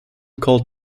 called